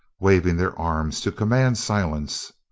waving their arms to command silence.